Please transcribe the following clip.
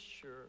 sure